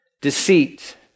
Deceit